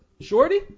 Shorty